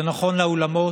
זה נכון לאולמות.